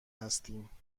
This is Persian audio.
هستیم